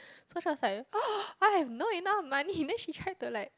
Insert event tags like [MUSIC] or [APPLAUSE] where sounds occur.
so she was like [BREATH] I have not enough money then she tried to like